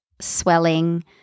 swelling